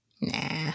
Nah